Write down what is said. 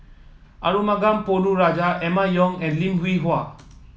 Arumugam Ponnu Rajah Emma Yong and Lim Hwee Hua